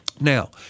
now –